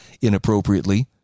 inappropriately